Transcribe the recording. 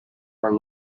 are